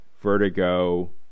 vertigo